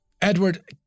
Edward